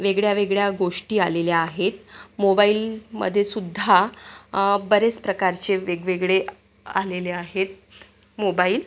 वेगळ्या वेगळ्या गोष्टी आलेल्या आहेत मोबाईलमध्ये सुद्धा बरेच प्रकारचे वेगवेगळे आलेले आहेत मोबाईल